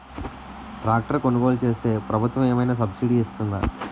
Tractor కొనుగోలు చేస్తే ప్రభుత్వం ఏమైనా సబ్సిడీ ఇస్తుందా?